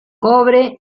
cobre